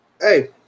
Hey